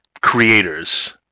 creators